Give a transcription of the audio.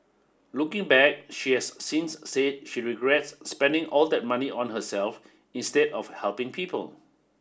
looking back she has since said she regrets spending all that money on herself instead of helping people